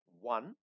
one